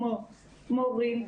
כמו מורים,